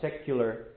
secular